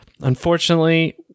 unfortunately